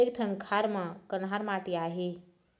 एक ठन खार म कन्हार माटी आहे?